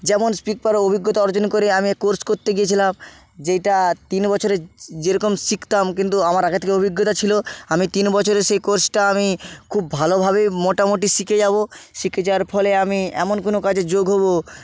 যেমন স্পিক পাওয়ারের অভিজ্ঞতা অর্জন করে আমি কোর্স করতে গিয়েছিলাম যেইটা তিন বছরে যেরকম শিখতাম কিন্তু আমার আগে থেকে অভিজ্ঞতা ছিলো আমি তিন বছরে সেই কোর্সটা আমি খুব ভালোভাবেই মোটামুটি শিখে যাবো শিখে যাওয়ার ফলে আমি এমন কোনো কাজে যোগ হবো